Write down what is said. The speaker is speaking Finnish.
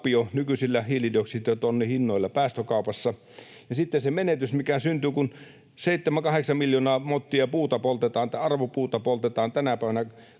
nykyisillä hiilidioksiditonnin hinnoilla päästökaupassa. Ja sitten se menetys, mikä syntyy, kun 7—8 miljoonaa mottia puuta, arvopuuta, poltetaan tänä päivänä